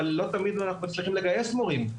אבל לא תמיד אנחנו מצליחים לגייס מורים.